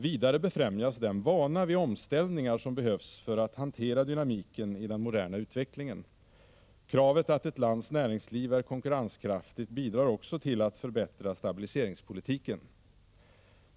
Vidare befrämjas den vana vid omställningar som behövs för att hantera dynamiken i den moderna utvecklingen. Kravet att ett lands näringsliv är konkurrenskraftigt bidrar också till att förbättra stabiliseringspolitiken.